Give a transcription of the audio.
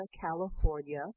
California